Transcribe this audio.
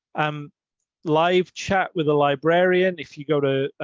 um live chat with a librarian. if you go to,